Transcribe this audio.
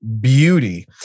beauty